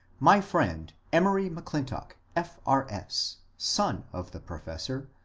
my friend emory m'clintock, f. r. s, son of the professor,